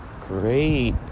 Great